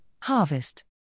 Harvest